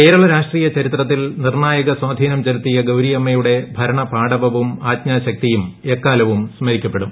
കേരള രാഷ്ട്രീയ ചരിത്രത്തിൽ നിർണ്ണായക സ്വാധീനം ചെി്ചുത്തിയ ഗൌരിയമ്മ യുടെ ഭരണപാടവവും ആജ്ഞാശക്തിയും എക്കാ്ലവും സ്മരിക്കപ്പെടും